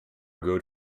good